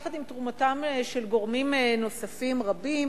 יחד עם תרומתם של גורמים נוספים רבים,